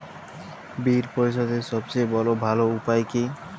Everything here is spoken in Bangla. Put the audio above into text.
বিল পরিশোধের সবচেয়ে ভালো উপায় কী?